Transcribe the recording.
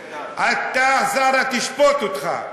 אתה, השר, תשפוט אותך.